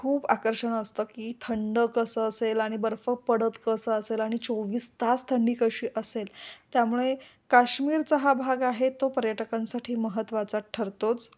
खूप आकर्षणं असतं की थंड कसं असेल आणि बर्फ पडत कसं असेल आणि चोवीस तास थंडी कशी असेल त्यामुळे काश्मीरचा हा भाग आहे तो पर्यटकांसाठी महत्त्वाचा ठरतोच